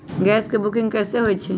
Gas के booking कैसे होईछई?